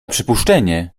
przypuszczenie